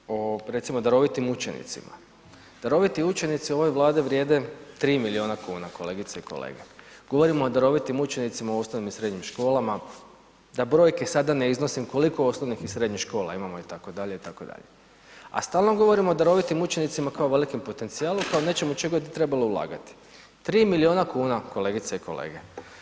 Kada govorimo općenito o, recimo darovitim učenicima, daroviti učenici ovoj Vladi vrijede 3 milijuna kuna kolegice i kolege, govorimo o darovitim učenicima u osnovnim i srednjim školama, da brojke sada ne iznosim koliko osnovnih i srednjih škola imamo itd., itd., a stalno govorimo o darovitim učenicima kao velikom potencijalu, kao nečemu u čega bi trebalo ulagati, 3 milijuna kuna kolegice i kolege.